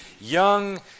young